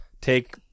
take